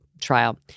trial